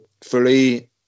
fully